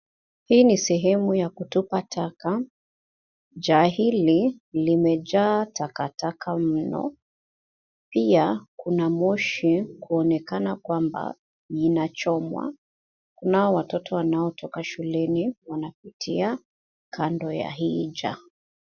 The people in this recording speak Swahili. Hii ni sehemu ya kutupa taka. Jaa hili limejaa takataka mno. Pia, kuna moshi, kuonekana kwamba linachomwa. Kunao watoto wanaotoka shuleni, wanapitia kando ya hii jaa.